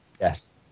Yes